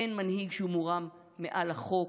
אין מנהיג שהוא מורם מעל החוק,